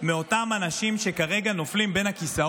היא קיבלה תשובה שהמערכות בין קופות